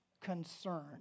concern